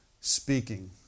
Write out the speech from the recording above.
speaking